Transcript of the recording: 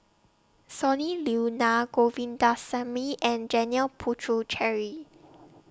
Sonny Liew Naa Govindasamy and Janil Puthucheary